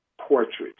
portraits